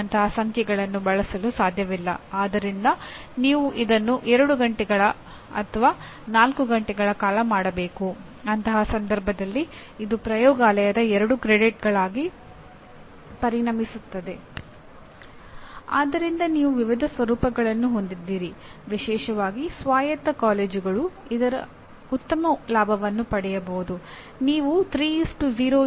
ಎಲ್ಲಕ್ಕಿಂತ ಮುಖ್ಯವಾಗಿ ಕೆಲಸ ಮಾಡುವ ಶಿಕ್ಷಕರು ಎಂಜಿನಿಯರಿಂಗ್ ಕಾಲೇಜುಗಳಲ್ಲಿ ಅನುಭವಿ ಅಥವಾ ಹೊಸದಾಗಿ ನೇಮಕಗೊಂಡ ಶಿಕ್ಷಕರು ಮಹತ್ವಾಕಾಂಕ್ಷಿ ಶಿಕ್ಷಕರು ಬೋಧನಾ ವೃತ್ತಿಯಿಂದ ಹೊರಗಿದ್ದು ಮತ್ತು ಇದಕ್ಕೆ ಪ್ರವೇಶ ಪಡೆಯಲು ಬಯಸುವವರು ಮತ್ತು ಶಿಕ್ಷಣ ತಂತ್ರಜ್ಞಾನದಲ್ಲಿ ತಮ್ಮ ವೃತ್ತಿಜೀವನವನ್ನು ಮಾಡಲು ಬಯಸುವ ಪದವಿ ವಿದ್ಯಾರ್ಥಿಗಳು